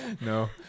No